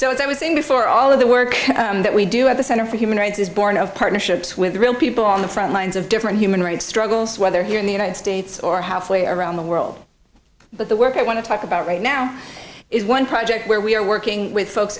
i was saying before all of the work that we do at the center for human rights is born of partnerships with real people on the frontlines of different human rights struggles whether here in the united states or half way around the world but the work i want to talk about right now is one project where we are working with folks